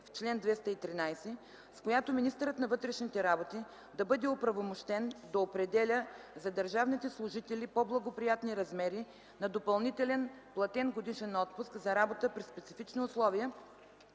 в чл. 213, с която министърът на вътрешните работи да бъде оправомощен да определя за държавните служители по-благоприятни размери на допълнителен платен годишен отпуск за работа при специфични условия